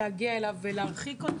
להגיע אליו ולהרחיק אותו?